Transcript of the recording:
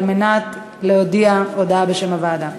על מנת להודיע הודעה בשם הוועדה.